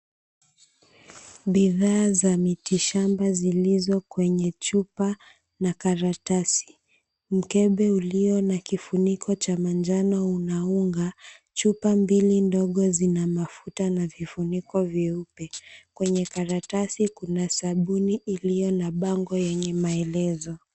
Bidhaa za mitishamba zilizo kwenye chupa na karatasi. Mkebe ulio na kifuniko cha manjano una unga. Chupa mbili ndogo Zina mafuta na vifuniko vyeupe. Kwenye karatasi Kuna sabuni iliyo na bango yenye maelezo.